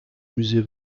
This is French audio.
musée